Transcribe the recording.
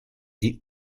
die